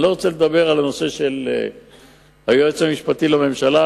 אני לא רוצה לדבר על הנושא של היועץ המשפטי לממשלה,